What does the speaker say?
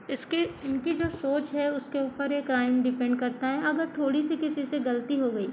इसके इनकी जो सोच है उसके ऊपर ये क्राइम डिपेंड करता है अगर थोड़ी सी किसी से गलती हो गई